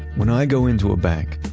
when i go into a bank,